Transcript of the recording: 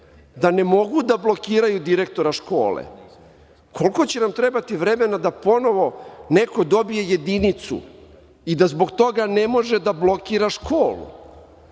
da ne mogu da blokiraju direktora škole? Koliko će nam trebati vremena da ponovo neko dobije jedinicu i da zbog toga ne može da blokira školu?